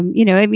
you know, i mean,